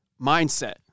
mindset